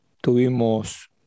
Tuvimos